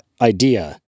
idea